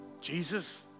Jesus